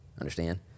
Understand